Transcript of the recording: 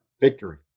victory